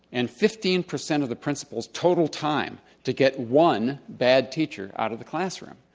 and fifteen percent of the principal's total time to get one bad teacher out of the classroom.